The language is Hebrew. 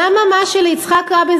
למה מה שליצחק רבין,